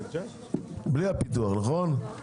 בלי הפיתוח, נכון?